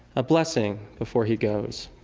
a blessing before he goes.